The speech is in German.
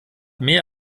mehr